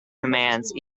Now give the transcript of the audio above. commands